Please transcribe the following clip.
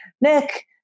Nick